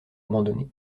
abandonné